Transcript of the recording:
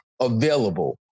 available